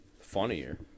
funnier